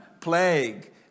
plague